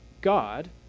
God